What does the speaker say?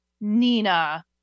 Nina